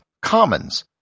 Commons